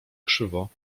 krzywo